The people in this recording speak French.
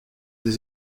des